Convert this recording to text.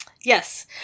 Yes